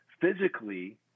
physically